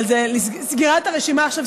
אבל סגירת הרשימה עכשיו,